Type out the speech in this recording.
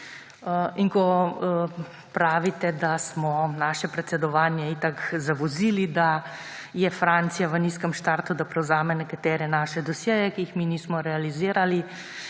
In ko pravite, da smo naše predsedovanje itak zavozili, da je Francija v nizkem štartu, da prevzame nekatere naše dosjeje, ki jih mi nismo realizirali,